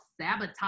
sabotage